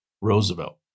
Roosevelt